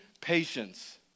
patience